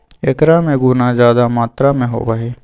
एकरा में गुना जादा मात्रा में होबा हई